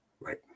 Right